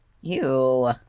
Ew